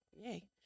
yay